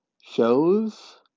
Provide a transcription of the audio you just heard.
shows